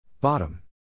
Bottom